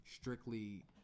strictly